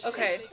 Okay